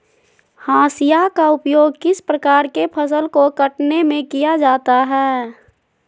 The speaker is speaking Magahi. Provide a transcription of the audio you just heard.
हाशिया का उपयोग किस प्रकार के फसल को कटने में किया जाता है?